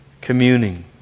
communing